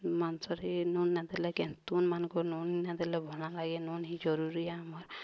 ମାଂସରେ ନୁନ୍ ନଦେଲେ କେନ୍ ତୁନ୍ ମାନଙ୍କୁ ନୁନ୍ ନଦେଲେ ଭଣା ଲାଗେ ନୁନ୍ ହିଁ ଜରୁରୀ ଆମର୍